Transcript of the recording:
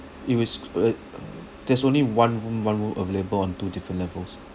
if it's uh there's only one room one room available on two different levels